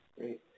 Great